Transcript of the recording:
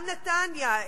גם נתניה,